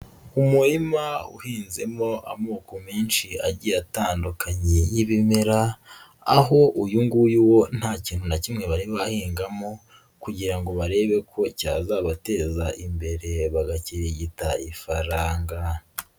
Umurima uhinzemo amoko menshi agiye atandukanye y'ibimera aho uyu nguyu wo nta kintu na kimwe bari bahingamo kugira ngo barebe ko cyazabateza imbere bagakirigita ifaranga.